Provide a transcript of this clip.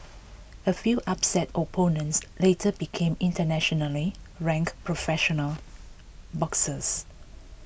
a few upset opponents later became internationally ranked professional boxers